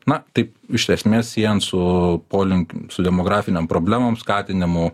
na taip iš esmės siejant su polin su demografinėm problemom skatinimu